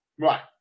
Right